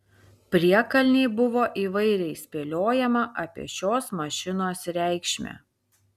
priekalnėj buvo įvairiai spėliojama apie šios mašinos reikšmę